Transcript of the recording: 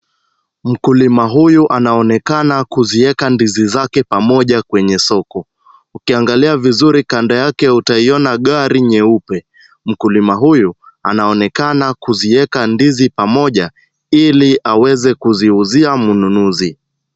Mkulima huyu anaonekana kuzieka ndizi zake pamoja kwenye soko. Ukiangalia vizuri kando yake utaiona gari nyeupe. Mkulima huyu, anaonekana kuzieka ndizi pamoja, ili aweze kuziuzia mnunuzi.